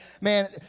man